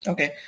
Okay